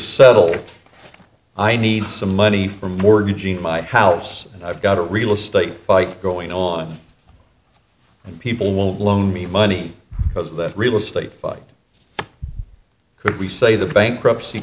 settle i need some money for more eugene my house and i've got a real estate fight going on and people won't loan me money because of that real estate fight could we say the bankruptcy